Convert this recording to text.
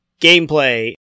Gameplay